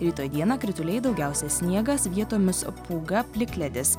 rytoj dieną krituliai daugiausia sniegas vietomis pūga plikledis